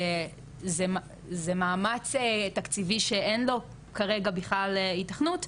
זה מאמץ תקציבי שכרגע אין לו בכלל היתכנות,